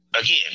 Again